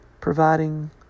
providing